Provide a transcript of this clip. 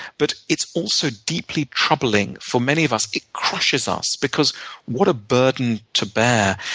but it's also deeply troubling for many of us. it crushes us because what a burden to bear.